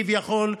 כביכול,